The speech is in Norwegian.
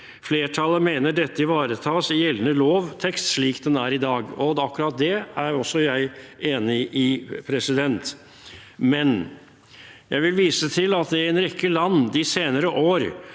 Flertallet mener dette ivaretas i gjeldende lovtekst slik den er i dag, og akkurat det er også jeg enig i. Likevel vil jeg vise til at det i en rekke land de senere år